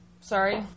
Sorry